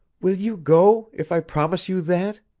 will you go if i promise you that?